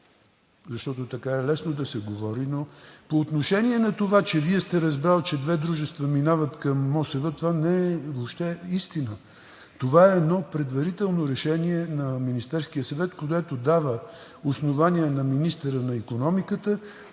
защото така е лесно да се говори, но… По отношение на това, че Вие сте разбрал, че две дружества минават към МОСВ, това не е въобще истина. Това е едно предварително решение на Министерския съвет, което дава основание на министъра на икономиката